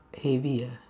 heavy ah